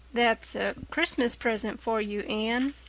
that's a christmas present for you, anne,